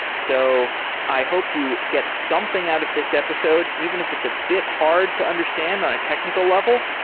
so i hope you get something out of this episode even if it's a bit hard to understand on a technical level.